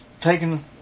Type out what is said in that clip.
taken